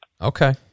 Okay